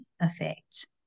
effect